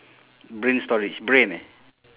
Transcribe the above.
brain storage brain eh